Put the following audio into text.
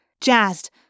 jazzed